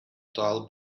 dull